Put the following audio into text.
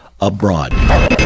Abroad